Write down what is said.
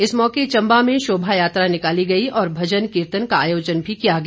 इस मौके चम्बा में शोभा यात्रा निकाली गई और भजन कीर्तन का आयोजन भी किया गया